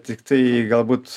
tiktai galbūt